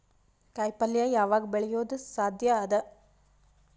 ಕಾಯಿಪಲ್ಯ ಯಾವಗ್ ಬೆಳಿಯೋದು ಸಾಧ್ಯ ಅದ?